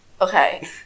Okay